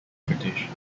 british